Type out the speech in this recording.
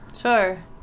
sure